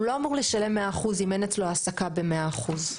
הוא לא אמור לשלם מאה אחוז אם אין אצלו העסקה במאה אחוז.